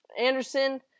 Anderson